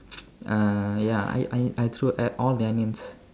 uh ya I I I threw a~ all the onions